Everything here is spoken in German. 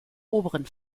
oberen